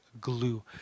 glue